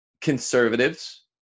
Conservatives